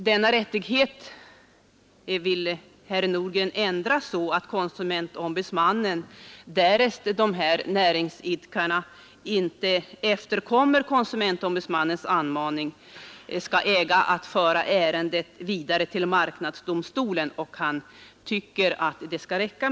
Denna rättighet vill herr Nordgren enligt motionen ändra på, så att KO därest näringsidkaren inte efterkommer hans anmaning skall äga att föra ärendet vidare till marknadsdomstolen. Det tycker herr Nordgren bör räcka.